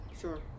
Sure